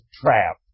trap